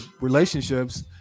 relationships